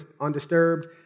undisturbed